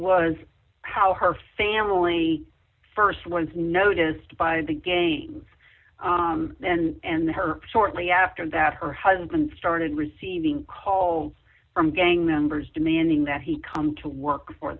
was how her family st once noticed by the games and her shortly after that her husband started receiving calls from gang members demanding that he come to work for